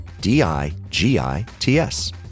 D-I-G-I-T-S